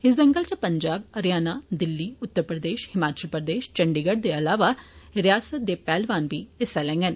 इस दंगल च पंजाब हरियाणा दिल्ली उत्तर प्रदेश हिमाचल प्रदेश चंडीगढ़ दे इलावा रियासता दे पेहलवान बी हिस्सा लैंगन